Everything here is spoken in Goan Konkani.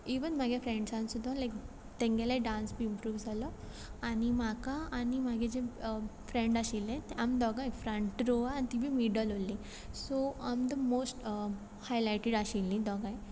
इवन म्हागे फ्रेंडसान सुद्दां लायक तेंगेल्या डान्स बी इमप्रूव जालो आनी म्हाका आनी म्हागे जी फ्रेंड आशिल्लें आमी दोगांय फ्रंट रोवा ती बी मिडल उरलीं so I am the most highlighted आशिल्ली दोगांय